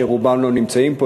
שרובם לא נמצאים פה,